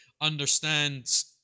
understands